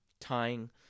tying